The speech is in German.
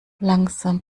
langsam